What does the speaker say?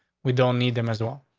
we don't need them as well.